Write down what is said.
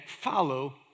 follow